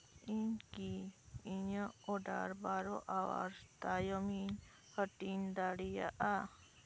ᱤᱧ ᱠᱤ ᱤᱧᱟᱹᱜ ᱚᱨᱰᱟᱨ ᱵᱟᱨᱳ ᱟᱣᱟᱨ ᱛᱟᱭᱚᱢ ᱤᱧ ᱦᱟᱹᱴᱤᱧ ᱫᱟᱲᱮᱭᱟᱜᱼᱟ